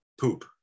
poop